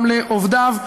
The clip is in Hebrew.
גם לעובדים.